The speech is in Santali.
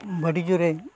ᱟᱹᱰᱤ ᱡᱳᱨᱮ